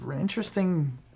interesting